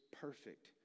perfect